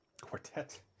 Quartet